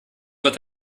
wird